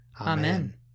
Amen